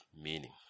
meaning